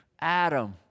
Adam